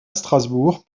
strasbourg